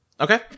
okay